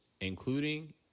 including